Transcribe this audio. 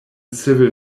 civil